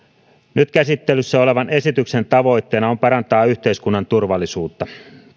nyt käsittelyssä olevan esityksen tavoitteena on parantaa yhteiskunnan turvallisuutta